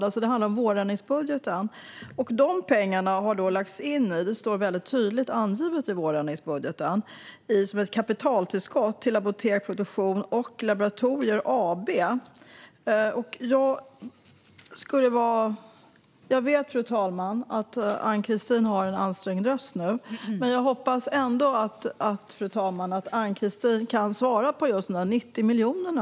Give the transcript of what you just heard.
Det står tydligt angivet i vårändringsbudgeten att pengarna har lagts som ett kapitaltillskott till Apotek Produktion & Laboratorier AB. Jag vet, fru talman, att Ann-Christin har en ansträngd röst nu, men jag hoppas ändå att hon kan svara på hur ni tänkte med de 90 miljonerna.